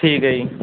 ਠੀਕ ਹੈ ਜੀ